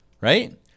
Right